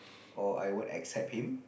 or I won't accept him